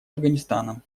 афганистаном